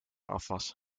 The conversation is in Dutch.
afwas